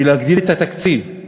להגדיל את התקציב,